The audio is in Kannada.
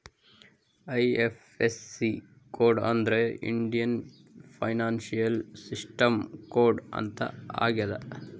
ಐ.ಐಫ್.ಎಸ್.ಸಿ ಕೋಡ್ ಅಂದ್ರೆ ಇಂಡಿಯನ್ ಫೈನಾನ್ಶಿಯಲ್ ಸಿಸ್ಟಮ್ ಕೋಡ್ ಅಂತ ಆಗ್ಯದ